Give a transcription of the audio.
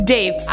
Dave